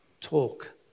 Talk